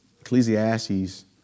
Ecclesiastes